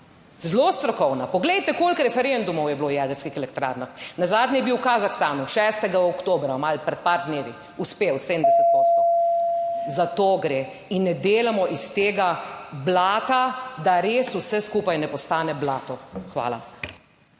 Zelo strokovna, poglejte koliko referendumov je bilo v jedrskih elektrarnah. Nazadnje je bil v Kazahstanu 6. oktobra, malo pred par dnevi, uspel 70 poslov. Za to gre. In ne delajmo iz tega blata, da res vse skupaj ne postane blato.